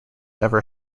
ever